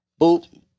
Boop